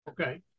Okay